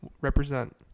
represent